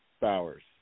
Bowers